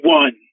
one